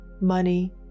money